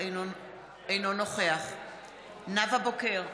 אינו נוכח נאוה בוקר,